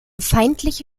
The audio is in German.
feindliche